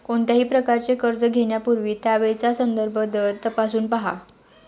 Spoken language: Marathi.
कोणत्याही प्रकारचे कर्ज घेण्यापूर्वी त्यावेळचा संदर्भ दर तपासून पहा